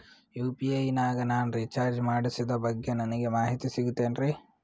UPI ನಾಗ ನಾನು recharge ಮಾಡಿಸಿದ ಬಗ್ಗೆ ನನಗೆ ಮಾಹಿತಿ ಸಿಗುತೇನ್ರೀ?